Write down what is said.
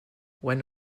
when